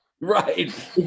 Right